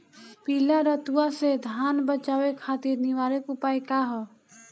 पीला रतुआ से धान बचावे खातिर निवारक उपाय का ह?